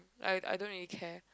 I I don't really care